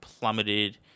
plummeted